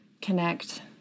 connect